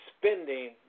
spending